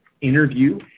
interview